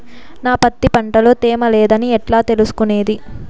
నా పత్తి పంట లో తేమ లేదని ఎట్లా తెలుసుకునేది?